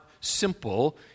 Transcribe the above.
simple